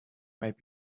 might